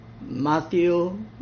Matthew